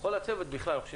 כל הצוות בכלל.